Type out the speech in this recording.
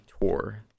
tour